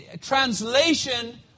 translation